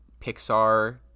Pixar